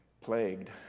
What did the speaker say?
plagued